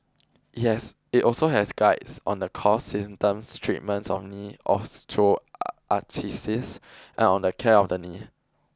it also has guides on the cause symptoms treatment of knee osteoarthritis and on the care of the knee